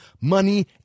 money